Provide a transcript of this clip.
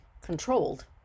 controlled